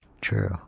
True